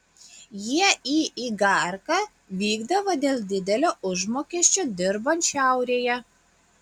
jie į igarką vykdavo dėl didelio užmokesčio dirbant šiaurėje